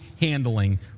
handling